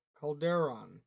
Calderon